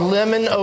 Lemon